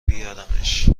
بیارمش